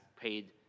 paid